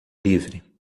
livre